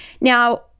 Now